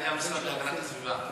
על-ידי המשרד להגנת הסביבה.